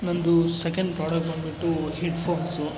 ನಂದು second product ಬಂದ್ಬಿಟ್ಟು head phones